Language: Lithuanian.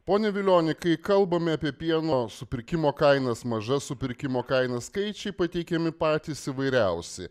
pone vilionių kai kalbame apie pieno supirkimo kainas mažas supirkimo kainas skaičiai pateikiami patys įvairiausi